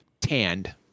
tanned